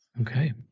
okay